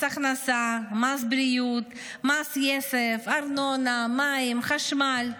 מס הכנסה, מס בריאות, מס יסף, ארנונה, מים, חשמל.